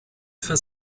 für